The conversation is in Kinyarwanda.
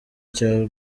cy’u